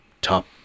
top